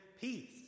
peace